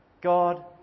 God